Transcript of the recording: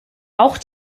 auch